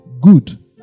good